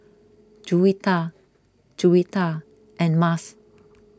Juwita Juwita and Mas